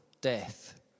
death